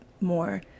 more